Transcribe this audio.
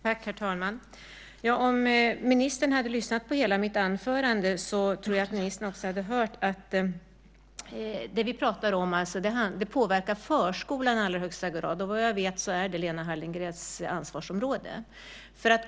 Herr talman! Om ministern hade lyssnat på hela mitt anförande tror jag att hon hade hört att det vi pratar om påverkar förskolan i allra högsta grad, och vad jag vet så är det Lena Hallengrens ansvarsområde.